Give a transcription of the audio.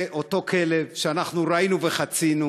אותו כלב שאנחנו ראינו חוצה.